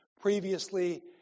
Previously